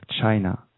China